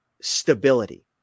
stability